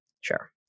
Sure